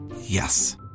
Yes